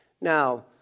Now